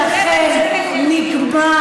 התיאטרון הזה שלכם נגמר.